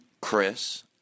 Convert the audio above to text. Chris